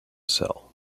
cell